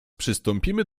przystąpimy